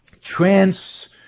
trans